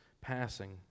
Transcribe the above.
passing